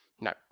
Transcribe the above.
No